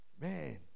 man